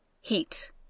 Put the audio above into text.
heat